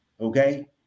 Okay